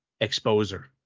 Exposer